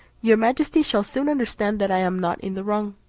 your majesty shall soon understand that i am not in the wrong.